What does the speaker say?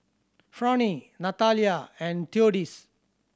Fronie Natalia and Theodis